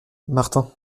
martin